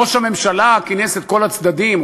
ראש הממשלה כינס את כל הצדדים,